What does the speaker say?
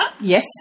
Yes